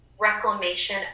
reclamation